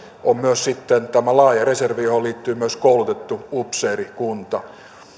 myös laaja reservi johon liittyy myös koulutettu upseerikunta